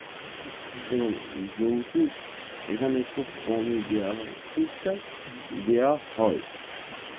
এবং যৌতুক এখানে খুব কমই দেওয়া হয় টুকটাক দেওয়া হয়